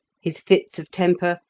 his fits of temper,